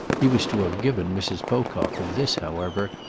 he was to have given mrs. pocock with this, however,